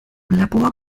labor